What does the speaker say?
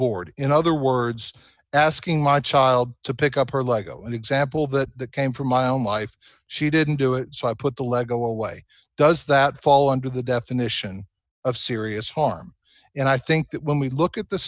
board in other words asking my child to pick up her lego an example that came from my own life she didn't do it so i put the lego away does that fall under the definition of serious harm and i think that when we look at the